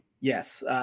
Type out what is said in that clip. Yes